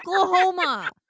oklahoma